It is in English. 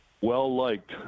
well-liked